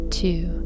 two